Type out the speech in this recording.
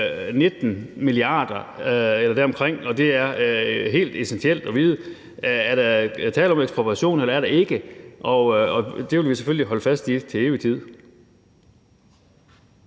19 mia. kr. eller deromkring, og det er helt essentielt at vide, om der er tale om ekspropriation, eller om der ikke er. Og det vil vi selvfølgelig holde fast i til evig tid.